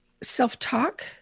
self-talk